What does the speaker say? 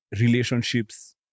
relationships